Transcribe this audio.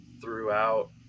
throughout